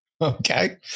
Okay